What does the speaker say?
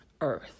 earth